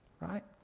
right